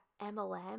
MLM